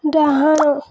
ଡାହାଣ